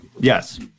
Yes